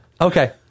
Okay